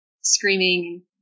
screaming